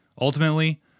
Ultimately